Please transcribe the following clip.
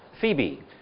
Phoebe